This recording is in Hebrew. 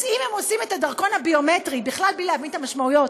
אז אם הם עושים את הדרכון הביומטרי בכלל בלי להבין את המשמעויות,